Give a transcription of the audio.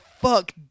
fuck